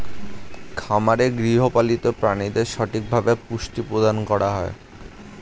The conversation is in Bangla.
খামারে গৃহপালিত প্রাণীদের সঠিকভাবে পুষ্টি প্রদান করা হয়